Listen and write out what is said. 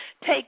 take